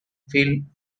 film